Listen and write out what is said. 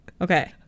Okay